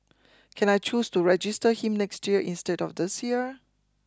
can I choose to register him next year instead of this year